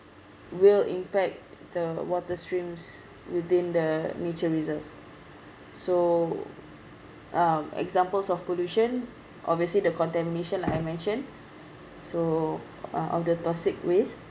will impact the water streams within the nature reserve so um examples of pollution obviously the contamination I mention so uh of the toxic waste